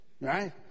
Right